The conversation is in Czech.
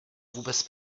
vůbec